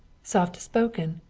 soft-spoken,